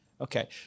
Okay